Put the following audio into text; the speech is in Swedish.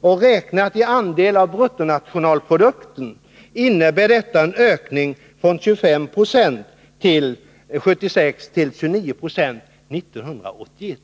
Räknat i andel av bruttonationalprodukten innebär detta en ökning från 25 96 år 1976 till 29 96 år 1981.